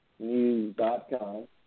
News.com